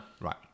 Right